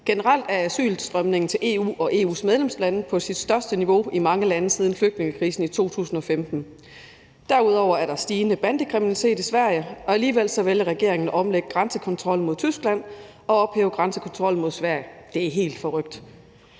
Generelt er asyltilstrømningen til EU og EU's medlemslande på sit største niveau i mange lande siden flygtningekrisen i 2015. Derudover er der stigende bandekriminalitet i Sverige, og alligevel vælger regeringen at omlægge grænsekontrollen mod Tyskland og ophæve grænsekontrollen mod Sverige. Det er helt forrykt.